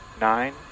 nine